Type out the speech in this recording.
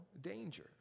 danger